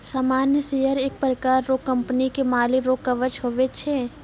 सामान्य शेयर एक प्रकार रो कंपनी के मालिक रो कवच हुवै छै